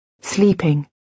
sleeping